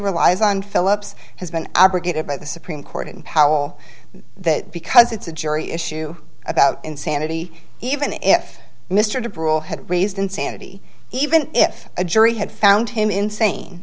relies on phillips has been abrogated by the supreme court and powell that because it's a jury issue about insanity even if mr toprol had raised insanity even if a jury had found him insane